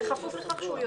בכפוף לכך שהוא יודיע.